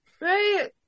Right